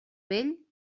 vell